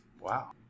Wow